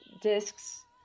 discs